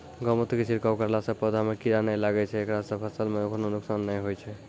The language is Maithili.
गोमुत्र के छिड़काव करला से पौधा मे कीड़ा नैय लागै छै ऐकरा से फसल मे कोनो नुकसान नैय होय छै?